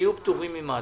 שיהיו פטורים ממס.